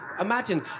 imagine